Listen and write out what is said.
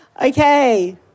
Okay